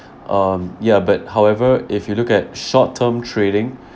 um ya but however if you look at short term trading